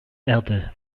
erde